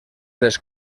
les